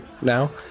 now